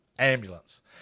ambulance